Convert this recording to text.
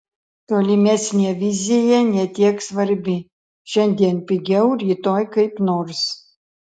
tolimesnė vizija ne tiek svarbi šiandien pigiau rytoj kaip nors